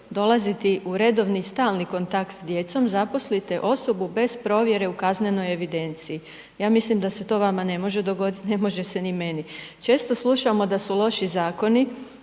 dolaziti u redovni stalni kontakt s djecom, zaposlite osobu bez provjere u kaznenoj evidenciji? Ja mislim da se to vama ne može dogodit, ne može se ni meni, često slušamo da su loši zakoni,